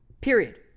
period